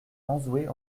auzouer